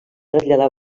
traslladar